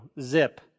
Zip